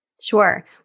Sure